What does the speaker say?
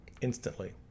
instantly